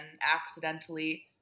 accidentally